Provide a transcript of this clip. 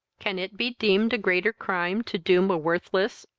can it be deemed a greater crime to doom a worthless,